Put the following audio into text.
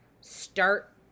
start